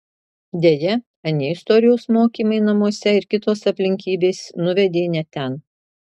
deja anie istorijos mokymai namuose ir kitos aplinkybės nuvedė ne ten